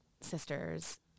sisters